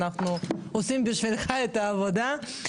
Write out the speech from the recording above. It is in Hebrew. אנחנו עושים בשבילך את העבודה.